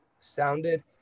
sounded